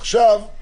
עכשיו,